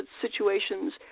situations